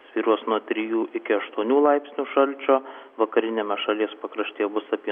svyruos nuo trijų iki aštuonių laipsnių šalčio vakariniame šalies pakraštyje bus apie